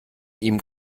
ihm